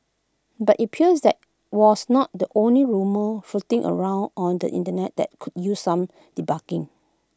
but IT appears that was not the only rumour floating around on the Internet that could use some debunking